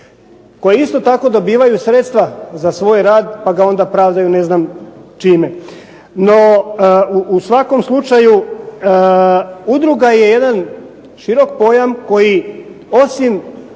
koje isto tako dobivaju sredstva za svoj rad, pa ga onda pravdaju ne znam čime. No, u svakom slučaju udruga je jedan širok pojam koji osim